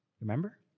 Remember